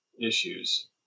issues